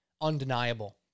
undeniable